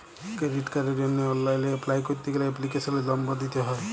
credit কার্ডের জন্হে online apply ক্যরতে গ্যালে এপ্লিকেশনের লম্বর দিত্যে হ্যয়